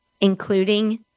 including